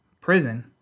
prison